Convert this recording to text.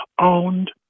owned